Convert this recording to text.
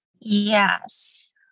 Yes